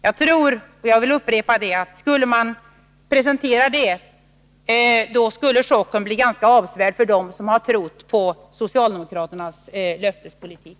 Jag tror att en sådan presentation skulle — jag vill upprepa det — bli en ganska avsevärd chock för dem som har trott på socialdemokraternas löftespolitik.